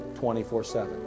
24-7